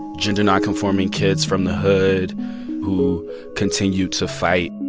gender-nonconforming kids from the hood who continue to fight